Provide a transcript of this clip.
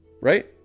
Right